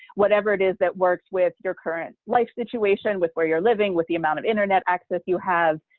whatever it is that works with your current life situation, with where you're living, with the amount of internet access you have.